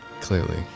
Clearly